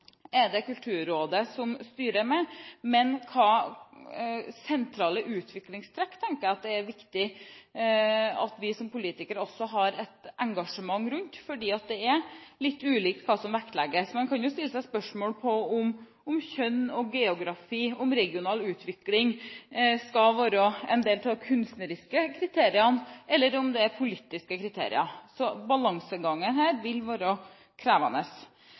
er det Kulturrådet som styrer med, men når det gjelder sentrale utviklingstrekk, mener jeg at det er viktig at vi som politikere også har et engasjement. Det er nemlig litt ulikt hva som vektlegges. Man kan stille seg spørsmål om kjønn, geografi og regional utvikling skal være en del av de kunstneriske kriteriene, eller om dette er politiske kriterier. Balansegangen her vil være krevende.